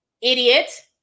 idiot